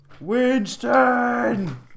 Winston